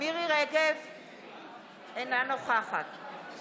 מפלגת ימינה את מצע המפלגה בנושא